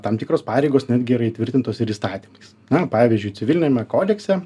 tam tikros pareigos netgi yra įtvirtintos ir įstatymais na pavyzdžiui civiliniame kodekse